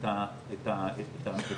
לכן האחידות צריכה להישמר כשיש לה משמעות.